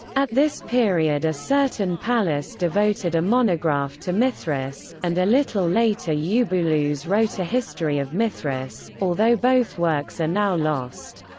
at this period a certain pallas devoted a monograph to mithras, and a little later euboulus wrote a history of mithras, although both works are now lost.